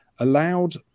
allowed